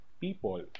people